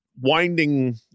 winding